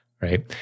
right